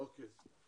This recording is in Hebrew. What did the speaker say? אוקיי.